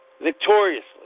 victoriously